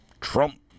Trump